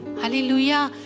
Hallelujah